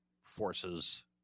forces